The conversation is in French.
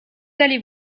allez